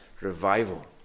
revival